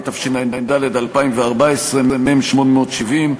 התשע"ד 2014, מ/870,